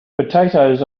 potatoes